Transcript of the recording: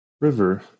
River